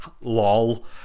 lol